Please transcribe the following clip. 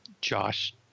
josh